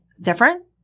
Different